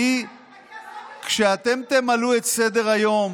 כשאתם תמלאו את סדר-היום